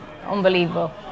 Unbelievable